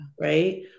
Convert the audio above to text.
right